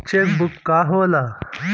Check book का होला?